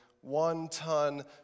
one-ton